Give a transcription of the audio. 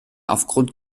aufgrund